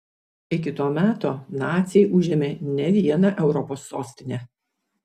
iki to meto naciai užėmė ne vieną europos sostinę